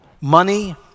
money